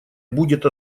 будет